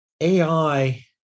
AI